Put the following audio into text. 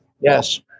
Yes